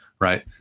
right